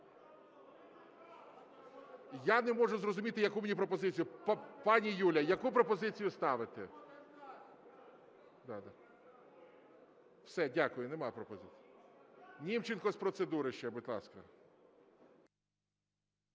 Я не можу зрозуміти, яку мені пропозицію. Пані Юлія, яку пропозицію ставити? Все, дякую, немає пропозицій. Німченко з процедури ще, будь ласка.